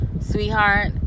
sweetheart